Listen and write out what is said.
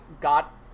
got